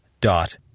dot